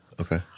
Okay